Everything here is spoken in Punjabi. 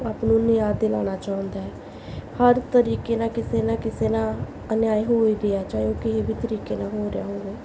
ਆਪ ਨੂੰ ਨਿਆਂ ਦਿਲਾਉਣਾ ਚਾਹੁੰਦਾ ਹਰ ਤਰੀਕੇ ਨਾਲ ਕਿਸੇ ਨਾ ਕਿਸੇ ਨਾਲ ਅਨਿਆਏ ਹੋਈ ਰਿਹਾ ਚਾਹੇ ਉਹ ਕਿਸੇ ਵੀ ਤਰੀਕੇ ਨਾਲ ਹੋ ਰਿਹਾ ਹੋਵੇ